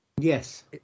Yes